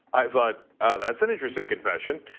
i thought that's an interesting confession.